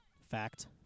fact